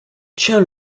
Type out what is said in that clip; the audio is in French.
tient